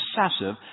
obsessive